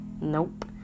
Nope